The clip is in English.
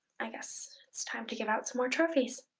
i guess it is time to give out some more trophies.